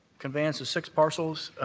conveyance of six parcels.